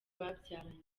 babyaranye